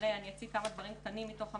אציג כמה דברים קטנים מתוך המסמך.